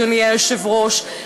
אדוני היושב-ראש,